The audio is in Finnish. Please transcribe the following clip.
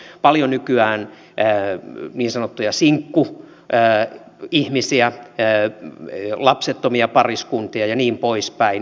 eli meillä on paljon nykyään niin sanottuja sinkkuihmisiä lapsettomia pariskuntia ja niin poispäin